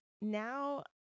now